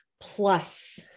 plus